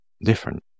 different